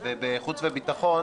בחוץ וביטחון